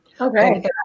Okay